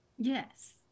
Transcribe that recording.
Yes